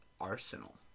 Arsenal